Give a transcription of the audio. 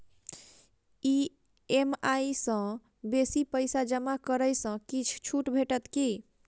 EMI सँ बेसी पैसा जमा करै सँ किछ छुट भेटत की?